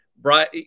bright